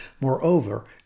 Moreover